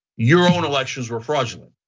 your own elections were fraudulent.